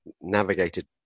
navigated